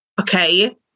okay